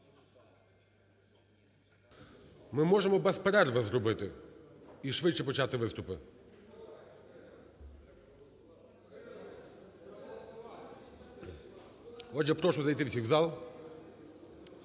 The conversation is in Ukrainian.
Ми можемо без перерви зробити і швидше почати виступи. Отже, прошу зайти всіх в зал.